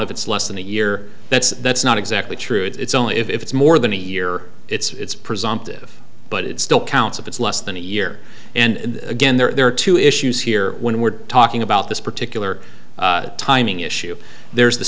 if it's less than a year that's that's not exactly true it's only if it's more than a year it's presumptive but it still counts of it's less than a year and again there are two issues here when we're talking about this particular timing issue there's the